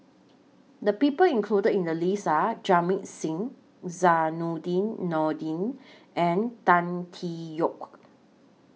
The People included in The list Are Jamit Singh Zainudin Nordin and Tan Tee Yoke